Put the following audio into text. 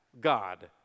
God